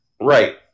Right